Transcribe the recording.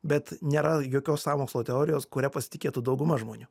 bet nėra jokios sąmokslo teorijos kuria pasitikėtų dauguma žmonių